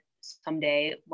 someday